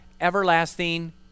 everlasting